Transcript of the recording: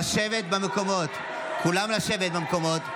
כולם לשבת במקומות.